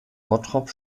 bottrop